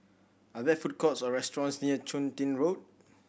are there food courts or restaurants near Chun Tin Road